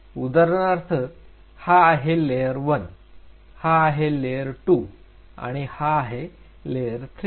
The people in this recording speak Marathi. उदाहरणार्थ हा आहे लेयर 1 हा आहे लेअर 2 आणि हा आहे लेअर 3